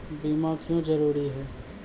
बीमा क्यों जरूरी हैं?